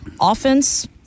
offense